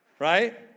right